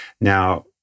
Now